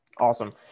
Awesome